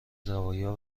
زوایا